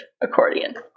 accordion